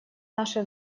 наши